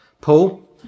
Paul